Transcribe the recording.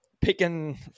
picking